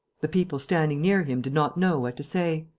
the people standing near him did not know what to say.